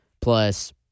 plus